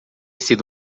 sido